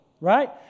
right